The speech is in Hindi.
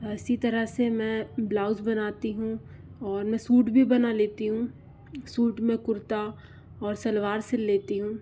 इसी तरह से मैं ब्लाउज बनती हूँ और मैं सूट भी बना लेती हूँ सूट में कुर्ता और सलवार सी लेती हूँ